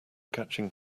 catching